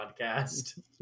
podcast